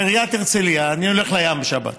עומד, בעיריית הרצליה, אני הולך לים בשבת,